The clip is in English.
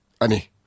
ani